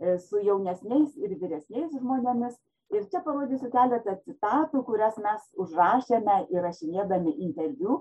su jaunesniais ir vyresniais žmonėmis ir čia parodysiu keletą citatų kurias mes užrašėme įrašinėdami interviu